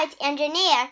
engineer